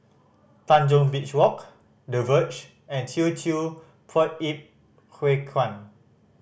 Tanjong Beach Walk The Verge and Teochew Poit Ip Huay Kuan